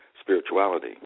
spirituality